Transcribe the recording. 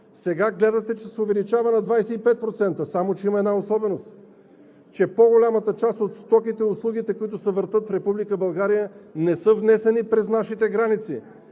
сега гледате, че се увеличават на 25%. Само че има една особеност, че по-голямата част от стоките и услугите, които се въртят в Република България, не са внесени през нашите граници,